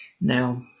now